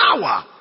power